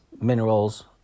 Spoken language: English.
minerals